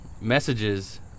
messages